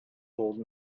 old